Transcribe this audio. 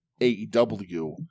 AEW